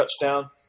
touchdown